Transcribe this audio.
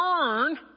earn